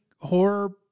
horror